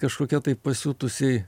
kažkokia taip pasiutusiai